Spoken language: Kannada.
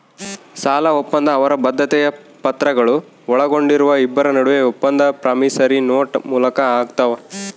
ಸಾಲಒಪ್ಪಂದ ಅವರ ಬದ್ಧತೆಯ ಪತ್ರಗಳು ಒಳಗೊಂಡಿರುವ ಇಬ್ಬರ ನಡುವೆ ಒಪ್ಪಂದ ಪ್ರಾಮಿಸರಿ ನೋಟ್ ಮೂಲಕ ಆಗ್ತಾವ